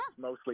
mostly